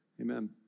Amen